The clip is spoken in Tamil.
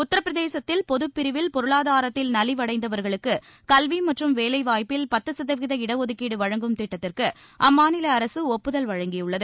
உத்தரப்பிரதேசத்தில் பொதுப்பிரிவில் பொருளாதாரத்தில் நலிவடைந்தவர்களுக்கு கல்வி மற்றும் வேலைவாய்ப்பில் பத்து சதவீத இடஒதுக்கீடு வழங்கும் திட்டத்திற்கு அம்மாநில அரசு ஒப்புதல் வழங்கியுள்ளது